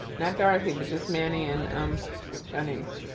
not darothy but just manny and um shanice.